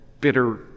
bitter